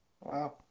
wow